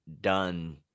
done